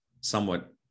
somewhat